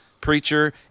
preacher